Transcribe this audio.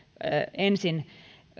ensin